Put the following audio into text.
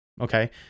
okay